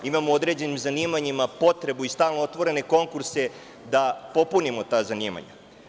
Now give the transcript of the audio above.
Imamo za određenim zanimanjima potrebu i stalno otvorene konkurse da popunimo ta zanimanja.